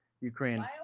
Ukraine